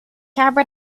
habe